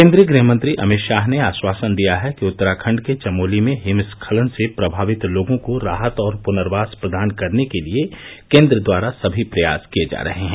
केंद्रीय गृह मंत्री अमित शाह ने आश्वासन दिया है कि उत्तराखंड के चमोली में हिमस्खलन से प्रभावित लोगों को राहत और पुनर्वास प्रदान करने के लिए केंद्र द्वारा सभी प्रयास किए जा रहे हैं